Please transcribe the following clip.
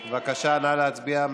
בבקשה, נא להצביע.